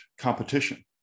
competition